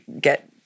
get